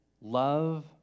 Love